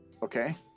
okay